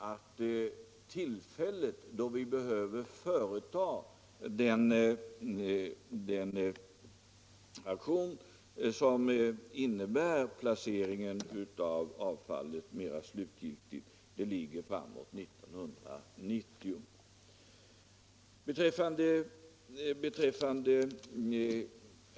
Men tillfället då vi behöver företa den aktion som innebär placering mer slutgiltigt ligger framåt 1990.